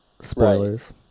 spoilers